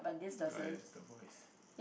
oh ya just the voice